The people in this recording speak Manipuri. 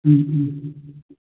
ꯎꯝ ꯎꯝ